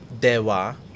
Deva